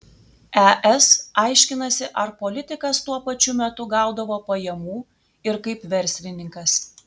es aiškinasi ar politikas tuo pačiu metu gaudavo pajamų ir kaip verslininkas